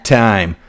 time